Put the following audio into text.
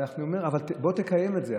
אבל אני אומר: בוא תקיים את זה.